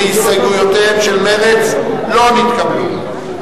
ההסתייגויות של קבוצת סיעת מרצ לסעיף 39,